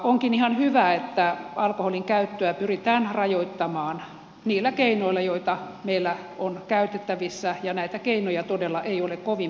onkin ihan hyvä että alkoholinkäyttöä pyritään rajoittamaan niillä keinoilla joita meillä on käytettävissä ja näitä keinoja todella ei ole kovin paljoa